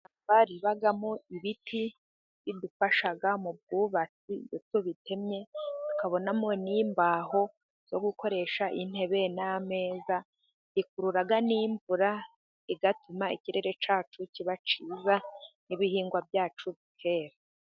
Ishyamba ribamo ibiti bidufasha mu bwubatsi ndetse bitemye. Tukabonamo n'imbaho zo gukoresha intebe n'ameza. Rikurura n'imvura igatuma ikirere cyacu kiba cyiza, n'ibihingwa byacu bikera.